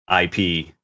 IP